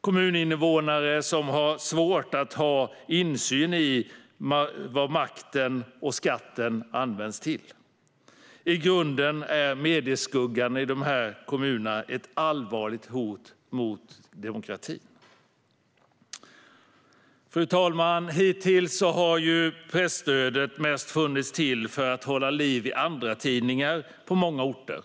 Det är svårt för kommuninvånarna att ha insyn i vad makten och skatten används till. I grunden är medieskuggan i dessa kommuner ett allvarligt hot mot demokratin. Fru talman! Hittills har presstödet mest funnits till för att hålla liv i andratidningar på många orter.